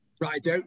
Right